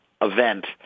event